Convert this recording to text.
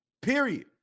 Period